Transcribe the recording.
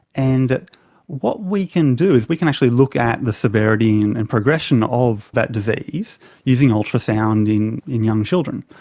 and what we can do is we can actually look at the severity and and progression of that disease using ultrasound in in young children,